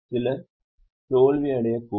சிலர் தோல்வியடையக்கூடும்